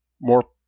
more